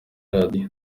radio